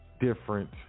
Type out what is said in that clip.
different